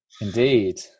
Indeed